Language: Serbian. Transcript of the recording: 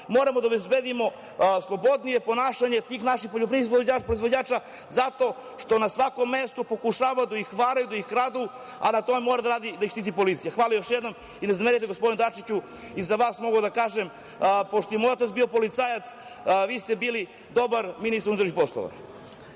moramo da obezbedimo slobodnije ponašanje tih naših poljoprivrednih proizvođača zato što na svakom mestu pokušavaju da ih varaju, da ih kradu, a na tome mora da radi, da ih štiti policija. Hvala još jednom. Ne zamerite, gospodine Dačiću, i za vas mogu da kažem pošto je i moj otac bio policajac, vi ste bili dobar ministar unutrašnjih poslova.